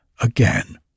again